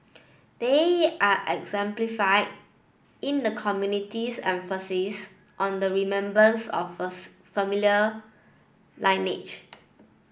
they are exemplified in the community's emphasis on the remembrance of familiar lineage